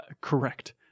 correct